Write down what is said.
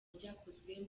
ryakozwe